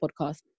podcast